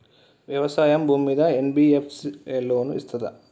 వ్యవసాయం భూమ్మీద NBFS loan ఇస్తదా?